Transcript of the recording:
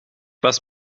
was